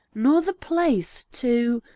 nor the place to